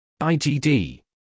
IGD